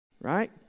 Right